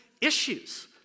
issues